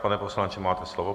Pane poslanče, máte slovo.